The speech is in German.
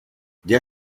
der